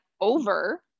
over